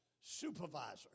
supervisor